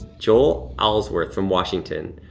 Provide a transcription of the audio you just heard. joel owlsworth from washington,